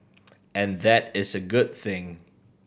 and that is a good thing